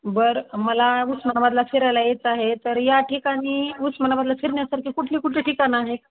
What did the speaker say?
बरं मला उस्मानाबादला फिरायला यायचं आहे तर या ठिकाणी उस्मानाबादला फिरण्यासारखं कुठली कुठली ठिकाणं आहेत